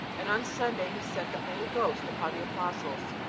and on sunday he sent the holy ghost upon the apostles.